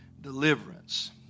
deliverance